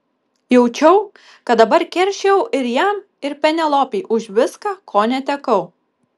jaučiau kad dabar keršijau ir jam ir penelopei už viską ko netekau